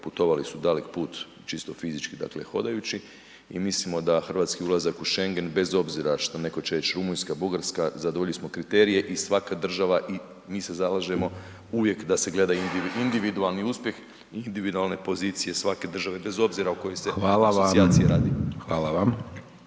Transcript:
putovali su dalek put čisto fizički, dakle hodajući i mislimo da hrvatski ulazak u Schengen bez obzira što netko će reći Rumunjska, Bugarska, zadovoljili smo kriterije i svaka država i mi se zalažemo uvijek da se gleda individualni uspjeh, individualne pozicije svake države bez obzira …/Upadica: Hvala vam./…